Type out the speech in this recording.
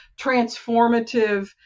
transformative